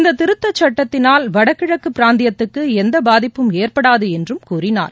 இந்த திருத்தச் சட்டத்தினால் வடகிழக்கு பிராந்தியத்துக்கு எந்த பாதிப்பும் ஏற்படாது என்றும் கூறினார்